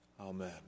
amen